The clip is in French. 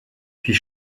puis